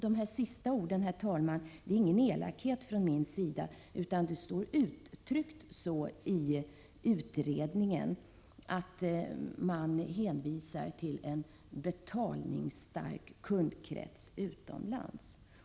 Det sista, herr talman, är ingen elakhet från min sida, eftersom utredningen uttryckligen hänvisar till en betalningsstark kundkrets utomlands.